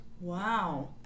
Wow